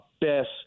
best